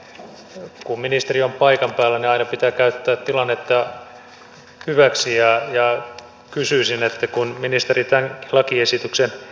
ja kun ministeri on paikan päällä niin aina pitää käyttää tilannetta hyväksi ja kysyisin kun ministeri tämänkin lakiesityksen tuntee